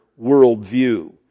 worldview